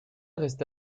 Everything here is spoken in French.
resté